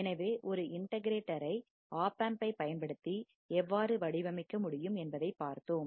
எனவே ஒரு integrator ஐ ஒப் ஆம்ப் ஐ பயன்படுத்தி எவ்வாறு வடிவமைக்க முடியும் என்பதை பார்ப்போம்